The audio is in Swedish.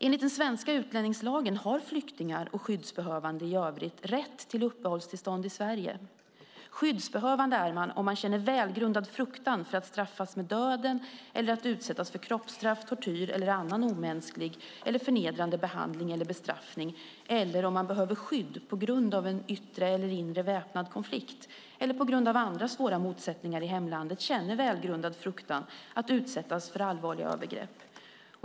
Enligt den svenska utlänningslagen har flyktingar och skyddsbehövande i övrigt rätt till uppehållstillstånd i Sverige. Skyddsbehövande är man enligt lagen om man "straffas med döden eller att utsättas för kroppsstraff, tortyr eller annan omänsklig eller förnedrande behandling eller bestraffning" eller om man "behöver skydd på grund av en yttre eller inre väpnad konflikt eller på grund av andra svåra motsättningar i hemlandet känner välgrundad fruktan att utsättas för allvarliga övergrepp".